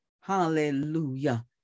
Hallelujah